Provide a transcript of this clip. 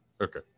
Okay